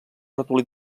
ratolí